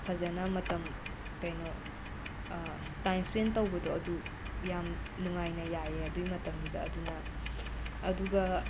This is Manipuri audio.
ꯐꯖꯅ ꯃꯇꯝ ꯀꯩꯅꯣ ꯇꯥꯏꯝ ꯏꯁꯄꯦꯟ ꯇꯧꯕꯗꯣ ꯌꯥꯝ ꯅꯨꯡꯉꯥꯏꯅ ꯌꯥꯏꯌꯦ ꯑꯗꯨꯒꯤ ꯃꯇꯝꯗꯨꯗ ꯑꯗꯨꯅ ꯑꯗꯨꯒ